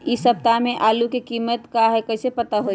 इ सप्ताह में आलू के कीमत का है कईसे पता होई?